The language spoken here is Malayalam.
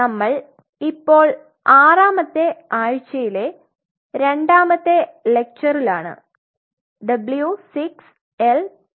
നമ്മൾ ഇപ്പോൾ ആറാമത്തെ ആഴ്ചയിലെ രണ്ടാമത്തെ ലെക്ചറ്റിലാണ് W6 L2